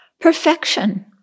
Perfection